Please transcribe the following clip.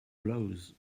blows